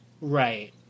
Right